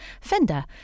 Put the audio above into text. Fender